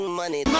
money